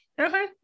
okay